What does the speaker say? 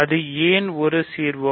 இது ஏன் ஒரு சீர்மம்